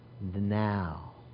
now